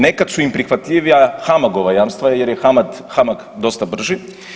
Nekad su im prihvatljivija HAMAG-ova jamstva jer je HAMAG dosta brži.